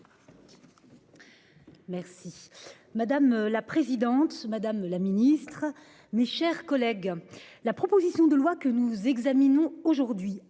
Merci madame la présidente Madame la Ministre, mes chers collègues. La proposition de loi que nous examinons aujourd'hui